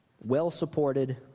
well-supported